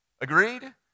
Agreed